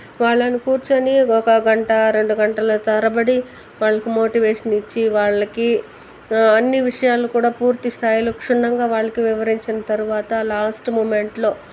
వాళ్ళని కూర్చొని ఒక గంట రెండుగంటలు తరబడి వాళ్ళకి మోటివేషన్ ఇచ్చి వాళ్ళకి అన్నీ విషయాలు కూడా పూర్తి స్థాయిలో క్షుణ్ణంగా వాళ్ళకి వివరించిన తర్వాత లాస్ట్ మూమెంట్ లో